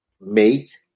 mate